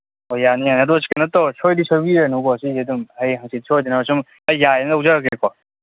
ꯍꯣꯏ ꯌꯥꯅꯤ ꯌꯥꯅꯤ ꯑꯗꯨ ꯀꯩꯅꯣ ꯁꯣꯏꯗꯤ ꯁꯣꯏꯕꯤꯔꯅꯨꯀꯣ ꯁꯤꯁꯦ ꯑꯗꯨꯝ ꯍꯌꯦꯡ ꯍꯥꯡꯆꯤꯠ ꯁꯣꯏꯗꯅ ꯁꯨꯝ ꯑꯩ ꯌꯥꯔꯦꯅ ꯂꯧꯖꯔꯒꯦꯀꯣ